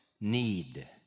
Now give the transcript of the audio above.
need